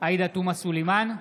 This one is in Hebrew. עאידה תומא סלימאן,